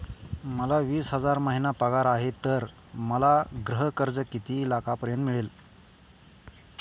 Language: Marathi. मला वीस हजार महिना पगार आहे तर मला गृह कर्ज किती लाखांपर्यंत मिळेल?